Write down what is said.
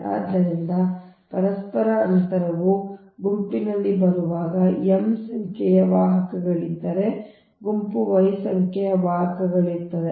ಆದ್ದರಿಂದ ಪರಸ್ಪರ ಅಂತರವು ಗುಂಪಿನಲ್ಲಿ ಬರುವಾಗ m ಸಂಖ್ಯೆಯ ವಾಹಕಗಳಿದ್ದರೆ ಗುಂಪು Y ಸಂಖ್ಯೆಯ ವಾಹಕಗಳಿರುತ್ತವೆ